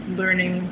learning